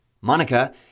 Monica